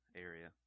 area